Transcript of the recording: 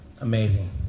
Amazing